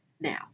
Now